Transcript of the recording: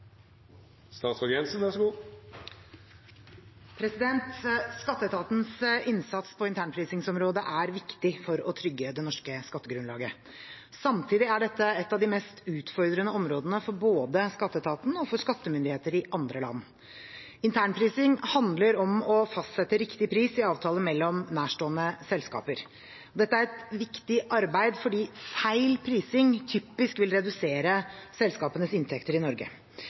viktig for å trygge det norske skattegrunnlaget. Samtidig er dette et av de mest utfordrende områdene for både skatteetaten og for skattemyndigheter i andre land. Internprising handler om å fastsette riktig pris i avtaler mellom nærstående selskaper. Dette er et viktig arbeid fordi feil prising typisk vil redusere selskapenes inntekter i Norge.